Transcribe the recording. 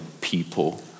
people